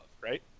right